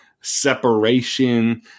separation